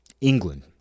England